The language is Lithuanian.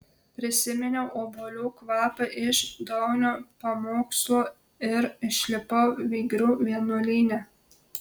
prisiminiau obuolių kvapą iš daunio pamokslo ir išlipau vygrių vienuolyne